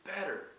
better